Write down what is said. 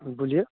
बोलिए